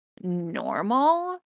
normal